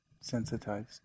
sensitized